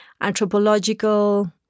anthropological